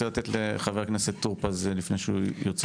לתת לחבר הכנסת טור פז לפני שהוא יוצא.